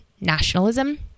nationalism